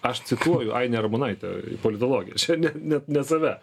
aš cituoju ainė ramonaitė politologė čia ne ne ne save